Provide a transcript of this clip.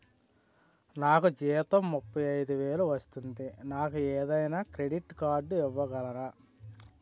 నాకు జీతం ముప్పై ఐదు వేలు వస్తుంది నాకు ఏదైనా క్రెడిట్ కార్డ్ ఇవ్వగలరా?